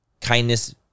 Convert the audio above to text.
Kindness